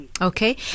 Okay